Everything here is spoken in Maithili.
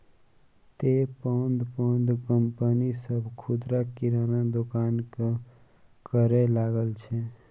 तें पैघ पैघ कंपनी सभ खुदरा किराना दोकानक करै लागल छै